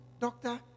doctor